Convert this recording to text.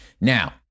Now